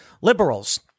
liberals